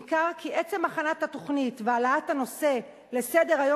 ניכר כי עצם הכנת התוכנית והעלאת הנושא לסדר-היום